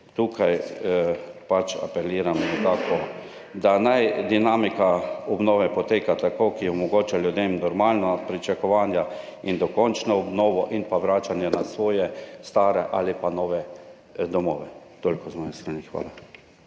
Tukaj pač apeliram na to, da naj dinamika obnove poteka tako, da omogoča ljudem normalna pričakovanja, dokončno obnovo in vračanje v svoje stare ali pa nove domove. Toliko z moje strani. Hvala.